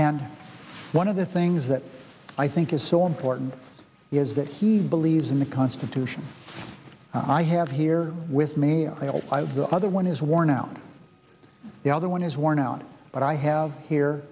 and one of the things that i think is so important is that he believes in the constitution i have here with me the other one is worn out the other one is worn out but i have here